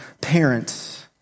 parents